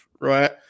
right